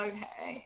Okay